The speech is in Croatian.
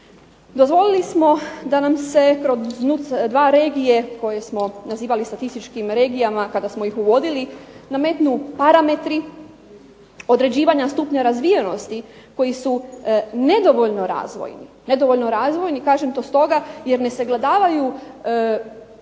Dozvolili smo da nam se kroz NUTS2 regije koje smo nazivali statističkim regijama kada smo ih uvodili nametnu parametri određivanja stupnja razvijenosti koji su nedovoljno razvojni. Kažem to stoga jer ne sagledavaju specifične